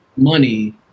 money